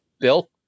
Bill